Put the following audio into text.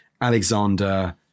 Alexander